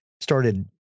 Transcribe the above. started